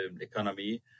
economy